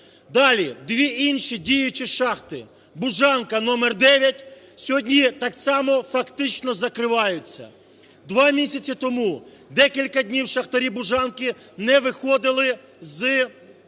Далі. Дві інші діючі шахти: "Бужанка", №9 – сьогодні так само фактично закриваються. Два місяці тому декілька днів шахтарі "Бужанки" не виходили з,